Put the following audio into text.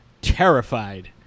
terrified